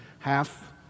half